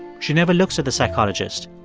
she never looks at the psychologist.